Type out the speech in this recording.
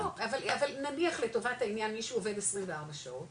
לא, אבל נניח לטובת העניין, מישהו עובד 24 שעות